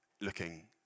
looking